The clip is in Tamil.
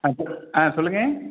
ஆ சொல் ஆ சொல்லுங்க